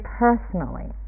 personally